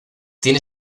tiene